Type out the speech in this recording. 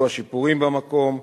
וביצוע שיפורים במקום,